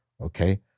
Okay